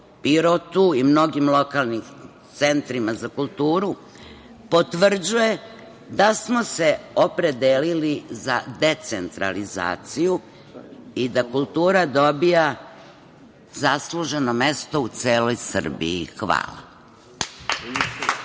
Pirotu i mnogim lokalnim centrima za kulturu, potvrđuje da smo se opredelili za decentralizaciju i da kultura dobija zasluženo mesto u celoj Srbiji. Hvala.